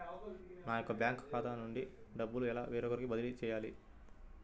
నా యొక్క బ్యాంకు ఖాతా నుండి డబ్బు వేరొకరికి ఎలా బదిలీ చేయాలి?